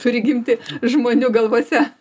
turi gimti žmonių galvose